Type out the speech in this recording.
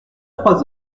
trois